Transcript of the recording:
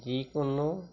যিকোনো